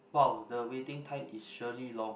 wow the waiting time is surely long